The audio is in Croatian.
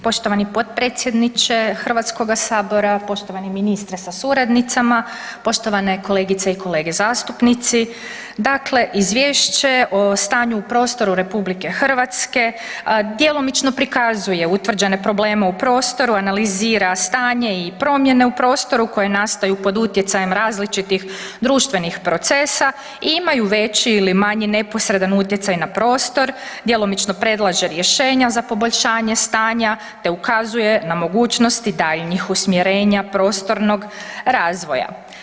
Poštovani potpredsjedniče Hrvatskoga sabora, poštovani ministre sa suradnicima, poštovane kolegice i kolege zastupnici, dakle Izvješće o stanju u prostoru RH djelomično prikazuje utvrđene probleme u prostoru, analizira stanje i promjene u prostoru koje nastaju pod utjecajem različitih društvenih procesa i imaju veći ili manji neposredan utjecaj na prostor, djelomično predlaže rješenja za poboljšanje stanja te ukazuje na mogućnosti daljnjih usmjerenja prostornog razvoja.